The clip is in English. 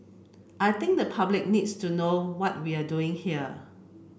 I think the public needs to know what we're doing here